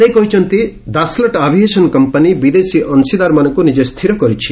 ସେ କହିଛନ୍ତି Dassault aviation company ବିଦେଶୀ ଅଂଶୀଦାରମାନଙ୍କୁ ନିଜେ ସ୍ଥିର କରିଛି